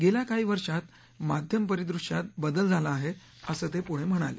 गेल्या काही वर्षात माध्यम परिदृश्यात बदल झाला आहे असं ते पुढे म्हणाले